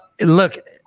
Look